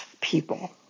people